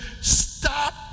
stop